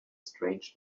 strange